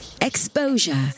Exposure